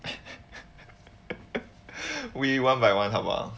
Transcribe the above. we one by one 好不好